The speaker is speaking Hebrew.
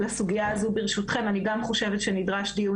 אני גם חושבת שנדרש לסוגיה הזאת דיון